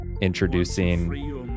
introducing